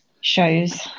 shows